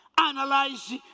Analyze